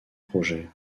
projet